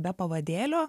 be pavadėlio